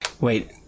Wait